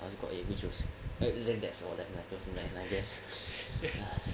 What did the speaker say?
I also got A which was I think that's all that matters !hais!